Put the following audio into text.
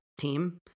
team